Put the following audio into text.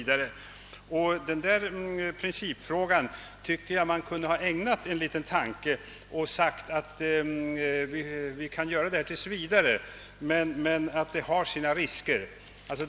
Jag tycker man kunde ha ägnat en liten tanke åt denna principfråga och förklarat sig villig att pröva detta system tills vidare, dock med vetskap om att det innebär vissa risker.